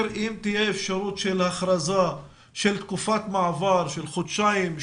אם תהיה אפשרות של הכרזה על תקופת מעבר של חודשיים,